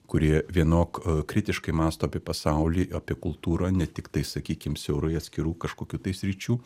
kurie vienok a kritiškai mąsto apie pasaulį apie kultūrą ne tik tai sakykim siaurai atskirų kažkokių tai sričių